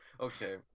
okay